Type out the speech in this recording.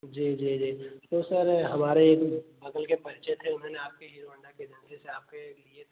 जी जी जी तो सर हमारे एक बगल के परिचित हैं उन्होंने आपके हीरो होन्डा की एजेन्सी से आपके लिए थे